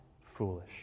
foolish